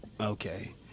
okay